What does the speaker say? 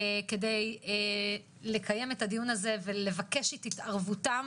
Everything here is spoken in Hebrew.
כדי לקיים את הדיון הזה ולבקש את התערבותם